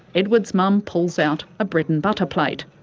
edward's mum pulls out a bread and butter plate.